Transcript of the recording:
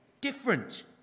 different